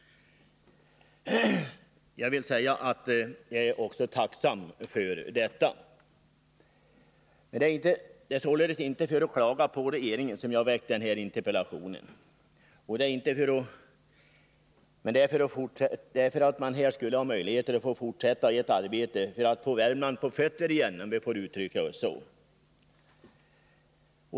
Jag är också tacksam för detta. Det är således inte för att klaga på regeringen som jag har framställt denna interpellation, utan det är för att man skall ha möjligheter att fortsätta ett arbete för att få Värmland på fötter igen, om jag får uttrycka det så.